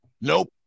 nope